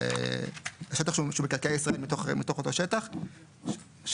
השטח שהוא מקרקעי ישראל מתוך אותו שטח שהכוונה